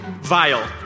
Vile